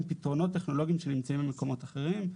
פתרונות טכנולוגיים שנמצאים במקומות אחרים,